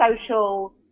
social